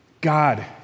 God